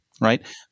right